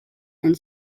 and